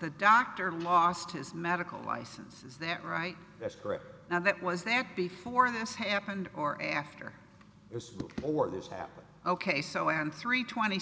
the doctor lost his medical license is that right that's correct now that was there before this happened or after this or this happened ok so and three twenty